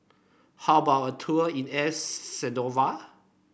how about a tour in El Salvador